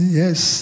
yes